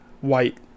white